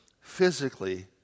physically